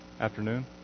afternoon